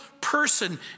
person